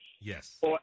Yes